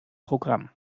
programm